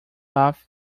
off